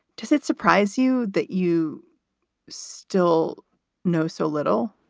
does it surprise you that you still know so little?